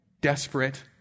desperate